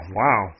wow